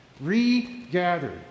Regathered